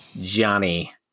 Johnny